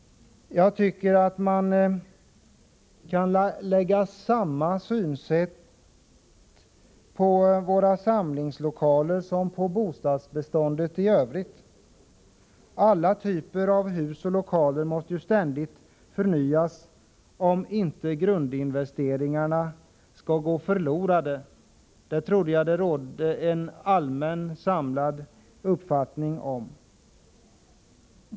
Samma synsätt kan anläggas på våra samlingslokaler som på bostadsbeståndet i övrigt. Alla typer av hus och lokaler måste ju ständigt förnyas, om inte grundinvesteringarna skall gå förlorade. Det trodde jag att det rådde allmän enighet om.